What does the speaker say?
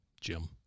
Jim